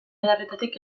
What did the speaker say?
adarretatik